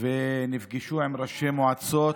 בדרום ונפגשו עם ראשי מועצות